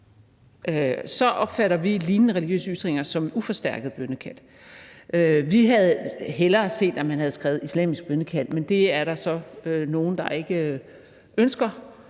Så opfatter vi »lignende religiøse ytringer« som uforstærket bønnekald. Vi havde hellere set, at man havde skrevet islamisk bønnekald, men det er der så nogen, der ikke ønsker